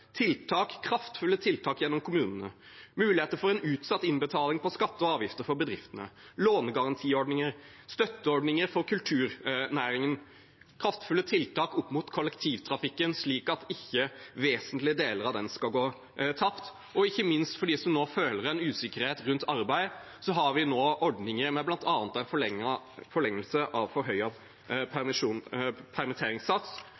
kraftfulle tiltak gjennom kommunene, muligheter for utsatt innbetaling av skatter og avgifter for bedriftene, lånegarantiordninger, støtteordninger for kulturnæringen og kraftfulle tiltak opp mot kollektivtrafikken, slik at ikke vesentlige deler av den skal gå tapt. Ikke minst har vi nå ordninger med bl.a. en forlengelse av forhøyet sats ved permittering, som betyr noe for dem som nå føler en usikkerhet rundt arbeid.